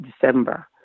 December